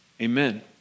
Amen